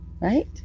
right